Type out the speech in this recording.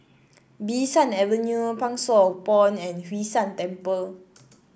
Bee San Avenue Pang Sua Pond and Hwee San Temple